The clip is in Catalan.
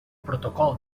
protocol